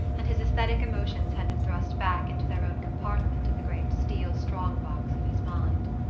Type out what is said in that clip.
and his aesthetic emotions had been thrust back into their own compartment of the great steel strong-box of his mind.